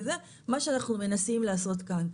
וזה מה שאנחנו מנסים לעשות כאן.